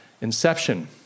inception